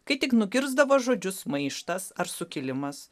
kai tik nugirsdavo žodžius maištas ar sukilimas